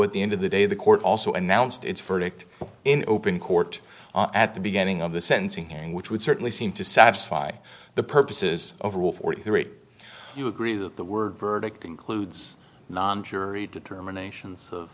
at the end of the day the court also announced its verdict in open court at the beginning of the sentencing hearing which would certainly seem to satisfy the purposes of rule forty three dollars you agree that the word verdict includes non jury determination